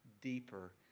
deeper